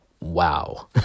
wow